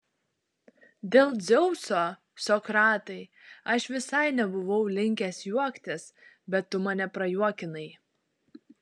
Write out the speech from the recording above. dėl dzeuso sokratai aš visai nebuvau linkęs juoktis bet tu mane prajuokinai